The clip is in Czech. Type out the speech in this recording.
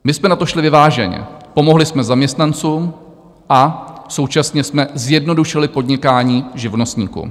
My jsme na to šli vyváženě, pomohli jsme zaměstnancům a současně jsme zjednodušili podnikání živnostníkům.